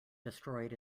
destroyed